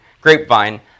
grapevine